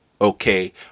okay